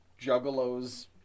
Juggalos